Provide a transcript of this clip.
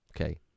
Okay